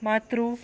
मातृ